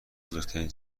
بزرگترین